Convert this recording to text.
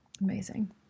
Amazing